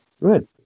Good